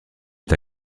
est